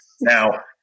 Now